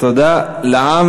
תודה לעם